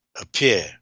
appear